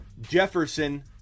Jefferson